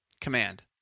command